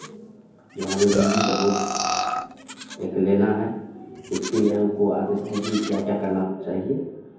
जो हमें बिजली का बोर्ड एक लेना है इसके लिए हमको आदेश दीजिए क्या क्या करना चाहिए